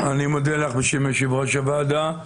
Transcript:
אני מודה לך בשם יושב-ראש הוועדה.